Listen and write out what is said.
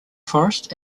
forest